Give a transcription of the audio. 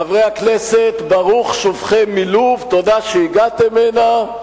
חברי הכנסת, ברוך שובכם מלוב, תודה שהגעתם הנה,